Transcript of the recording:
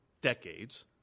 decades